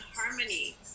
harmony